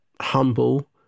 humble